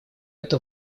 это